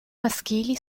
maschili